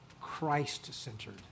Christ-centered